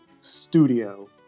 studio